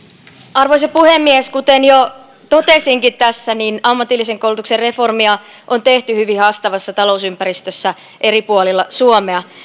arvoisa puhemies kuten jo totesinkin tässä ammatillisen koulutuksen reformia on tehty hyvin haastavassa talousympäristössä eri puolilla suomea